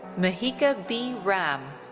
but mhika b. ram.